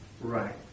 Right